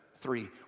three